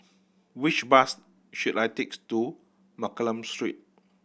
which bus should I takes to Mccallum Street